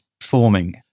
forming